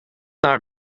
naar